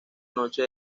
noche